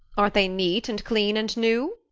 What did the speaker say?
aren't they neat and clean and new?